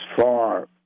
far